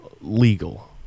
legal